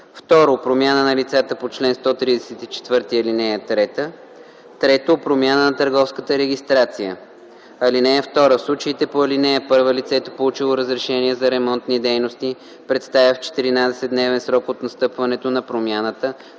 и 2; 2. промяна на лицата по чл. 134, ал. 3; 3. промяна на търговската регистрация; (2) В случаите по ал. 1 лицето, получило разрешение за ремонтни дейности, представя в 14-дневен срок от настъпването на промяната